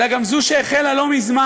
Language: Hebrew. אלא גם זו שהחלה לא מזמן,